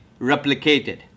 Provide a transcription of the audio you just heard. replicated